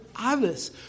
others